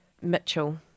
Mitchell